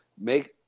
make